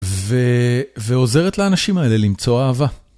ו...ועוזרת לאנשים האלה למצוא אהבה.